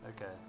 Okay